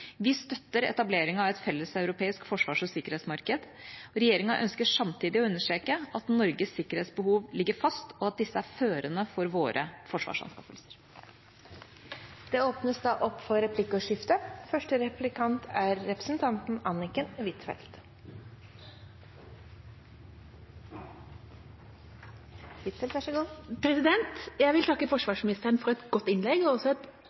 Vi støtter etableringa av et felles europeisk forsvars- og sikkerhetsmarked. Regjeringa ønsker samtidig å understreke at Norges sikkerhetsbehov ligger fast, og at disse er førende for våre forsvarsanskaffelser. Det blir replikkordskifte. Jeg vil takke forsvarsministeren for et godt innlegg og også for et godt samarbeid. Vi har hatt en veldig god